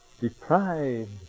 deprived